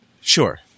sure